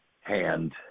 hand